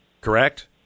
correct